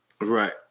right